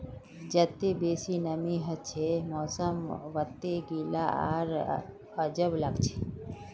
जत्ते बेसी नमीं हछे मौसम वत्ते गीला आर अजब लागछे